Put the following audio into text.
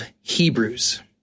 Hebrews